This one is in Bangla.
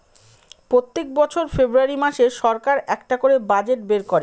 প্রত্যেক বছর ফেব্রুয়ারী মাসে সরকার একটা করে বাজেট বের করে